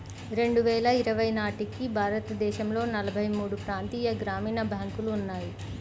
రెండు వేల ఇరవై నాటికి భారతదేశంలో నలభై మూడు ప్రాంతీయ గ్రామీణ బ్యాంకులు ఉన్నాయి